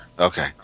Okay